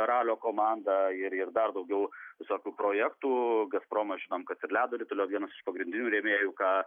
ralio komandą ir ir dar daugiau visokių projektų gazpromas žinom kad ir ledo ritulio vienas iš pagrindinių rėmėjų ką